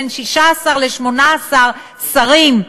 בין 16 ל-18 שרים.